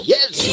Yes